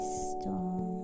storm